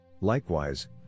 likewise